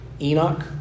Enoch